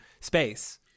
space